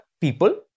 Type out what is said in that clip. people